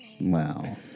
Wow